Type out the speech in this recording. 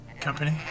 company